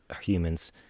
humans